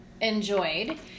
enjoyed